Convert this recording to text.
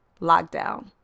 lockdown